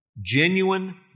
genuine